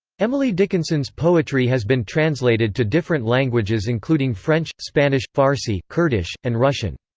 emily dickinson's poetry has been translated to different languages including french, spanish, farsi, kurdish, and russian.